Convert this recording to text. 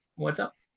what's up?